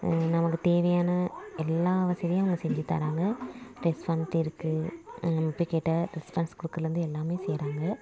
நமக்கு தேவையான எல்லாம் வசதியும் அவங்க செஞ்சு தராங்க ரெஸ்பாண்ட் இருக்குது நம்ம போய் கேட்டால் ரெஸ்பான்ஸ் கொடுக்குறதுல இருந்து எல்லாமே செய்கிறாங்க